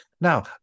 Now